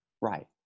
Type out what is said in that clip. Right